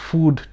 Food